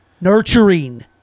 nurturing